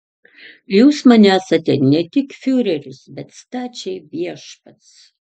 jūs man esate ne tik fiureris bet stačiai viešpats